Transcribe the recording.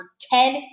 ten